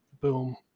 boom